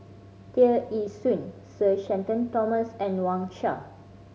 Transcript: Tear Ee Soon Sir Shenton Thomas and Wang Sha